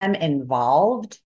involved